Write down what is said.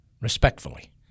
respectfully